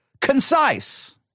Concise